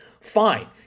Fine